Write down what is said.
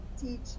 teach